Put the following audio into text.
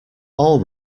all